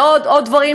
ועוד דברים,